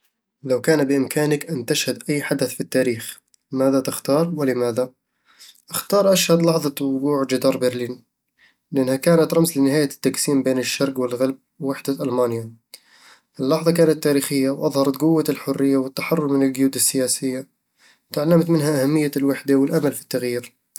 لو كان بإمكانك أن تشهد أي حدث في التاريخ، ماذا تختار، ولماذا؟ أختار أشهد لحظة وقوع جدار برلين لأنها كانت رمز لنهاية التقسيم بين الشرق والغرب ووحدة ألمانيا اللحظة كانت تاريخية وأظهرت قوة الحرية والتحرر من القيود السياسية تعلّمت منها أهمية الوحدة والأمل في التغيير